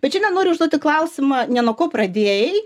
bet šiandien noriu užduoti klausimą ne nuo ko pradėjai